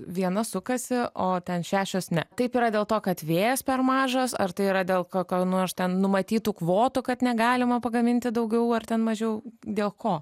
viena sukasi o ten šešios ne taip yra dėl to kad vėjas per mažas ar tai yra dėl kokių nors ten numatytų kvotų kad negalima pagaminti daugiau ar ten mažiau dėl ko